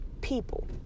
people